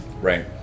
right